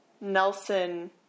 nelson